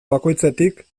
bakoitzetik